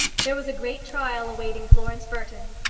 there was a great trial awaiting florence burton.